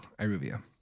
Iruvia